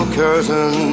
curtain